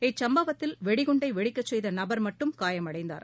இச்சம்பவத்தில் இதன் வெடிகுண்டை வெடிக்கச்செய்த நபர் மட்டும் காயமடைந்தார்